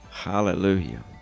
Hallelujah